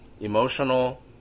emotional